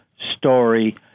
Story